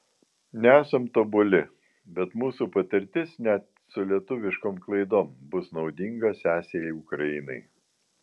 nesam tobuli bet mūsų patirtis net su lietuviškom klaidom bus naudinga sesei ukrainai